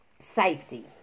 Safety